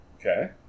Okay